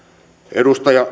edustaja